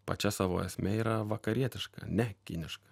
pačia savo esme yra vakarietiška ne kiniška